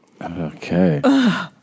Okay